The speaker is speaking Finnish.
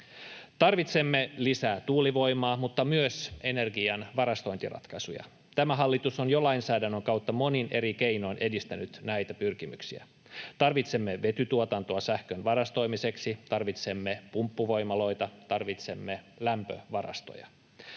Tarvitsemme lisää tuulivoimaa mutta myös energian varastointiratkaisuja. Tämä hallitus on jo lainsäädännön kautta monin eri keinoin edistänyt näitä pyrkimyksiä. Tarvitsemme vetytuotantoa sähkön varastoimiseksi. Tarvitsemme pumppuvoimaloita. Tarvitsemme lämpövarastoja.